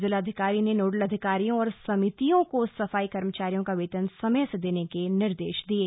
जिलाधिकारी ने नोडल अधिकारियों और समितियों को सफाई कर्मचारियों का वेतन समय से देने के निर्देश दिये